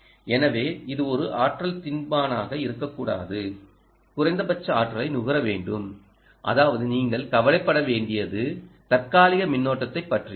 எனவே இது ஒரு ஆற்றல் தின்பானாக இருக்கக்கூடாது குறைந்த பட்ச ஆற்றலை நுகர வேண்டும் அதாவது நீங்கள் கவலைப்பட வேண்டியது தற்காலிக மின்னோட்டத்தைப் பற்றிதான்